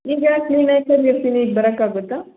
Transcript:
ಈಗ ಕ್ಲಿನಿಕಲ್ಲಿ ಇರ್ತೀನಿ ಈಗ ಬರೋಕಾಗುತ್ತಾ